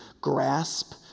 grasp